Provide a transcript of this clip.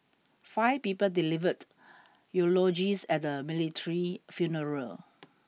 five people delivered eulogies at the military funeral